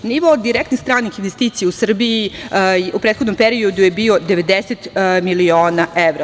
Nivo direktnih stranih investicija u Srbiji u prethodnom periodu je bio 90 miliona evra.